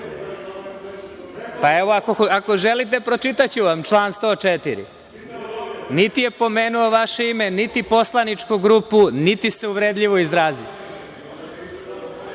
repliku.)Ako želite, pročitaću vam član 104. Niti je pomenuo vaše ime, niti poslaničku grupu, niti se uvredljivo izrazio.(Boško